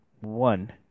one